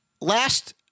last